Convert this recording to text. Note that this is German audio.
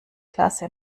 klasse